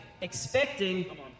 expecting